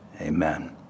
Amen